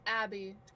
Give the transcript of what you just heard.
Abby